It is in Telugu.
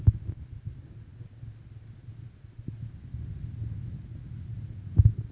సరుకుల రవాణా వలన మార్కెట్ లో అన్ని రకాల ధాన్యాలు తక్కువ ధరకే లభిస్తయ్యి